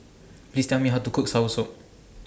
Please Tell Me How to Cook Soursop